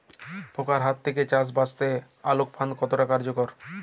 পোকার হাত থেকে চাষ বাচাতে আলোক ফাঁদ কতটা কার্যকর?